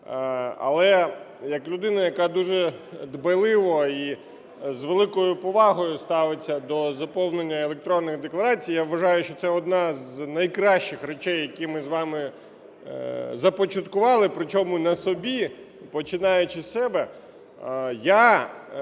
Але як людина, яка дуже дбайливо і з великою повагою ставиться до заповнення електронної декларації, я вважаю, що це одне з найкращих речей, які ми з вами започаткували, причому, на собі, починаючи з себе,